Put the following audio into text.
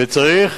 וצריך,